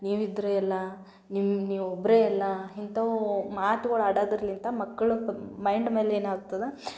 ನೀವಿದ್ದರೆ ಎಲ್ಲ ನಿಮ್ಮ ನೀವು ಒಬ್ಬರೆ ಎಲ್ಲ ಇಂಥವು ಮಾತ್ಗಳು ಆಡೋದ್ರಲ್ಲಿಂದ ಮಕ್ಳ ಮೈಂಡ್ ಮೇಲೆ ಏನಾಗ್ತದೆ